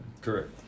Correct